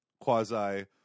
quasi